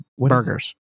burgers